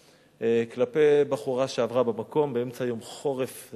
כלפי בחורה שעברה במקום באמצע יום חורף,